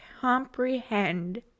comprehend